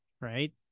right